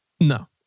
No